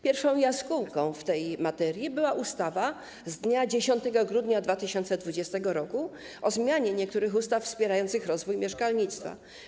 Pierwszą jaskółką w tej materii była ustawa z dnia 10 grudnia 2020 r. o zmianie niektórych ustaw wspierających rozwój mieszkalnictwa.